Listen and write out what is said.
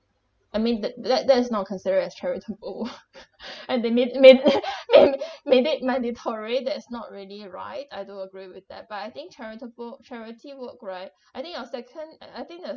I mean that th~ that that is not consider as charitable and they made made made made it mandatory that's not really right I do agree with that but I think charitable charity work right I think your second I I think